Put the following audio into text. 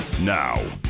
Now